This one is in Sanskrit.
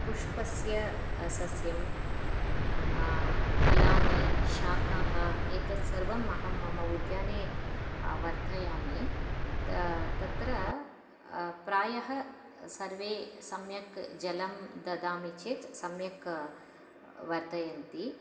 पुष्पस्य सस्यं फलानि शाकाः एतत् सर्वम् अहं मम उद्याने वर्धयामि तत्र प्रायः सर्वे सम्यक् जलं ददामि चेत् सम्यक् वर्धयन्ति